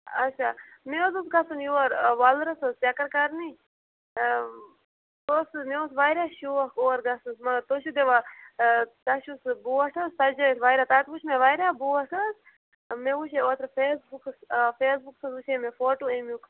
اچھا مےٚ حظ اوس گژھُن یور وۄلرَس حظ چَکَر کرنہِ بہٕ ٲسٕس مےٚ اوس واریاہ شوق اور گژھنَس مطلب تُہۍ چھُو دِوان تۄہہِ چھُو سُہ بوٹ حظ سجٲیِتھ واریاہ تَتہِ وٕچھ مےٚ واریاہ بوٹ حظ مےٚ وٕچھے اوترٕ فیس بُکَس فیس بُکَس حظ وٕچھے مےٚ فوٹو اَمیُک